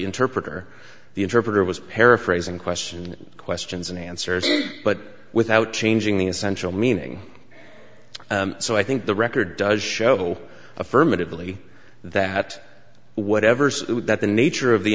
interpreter the interpreter was paraphrasing question questions and answers but without changing the essential meaning so i think the record does show affirmatively that whatever that the nature of the